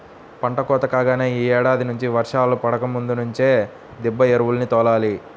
పంట కోత కాగానే యీ ఏడాది నుంచి వర్షాలు పడకముందు నుంచే దిబ్బ ఎరువుల్ని తోలాలి